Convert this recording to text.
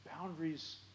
boundaries